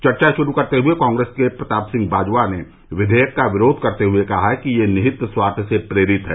चर्चा शुरू करते हुए कांग्रेस के प्रताप सिंह बाजवा ने क्वियक का विरोध करते हुए कहा कि यह निहित स्वार्थ से प्रेरित है